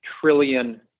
trillion